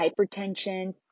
hypertension